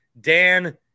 Dan